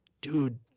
dude